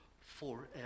forever